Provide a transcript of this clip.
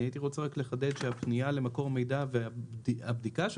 הייתי רוצה לחדד שהפנייה למקור מידע והבדיקה של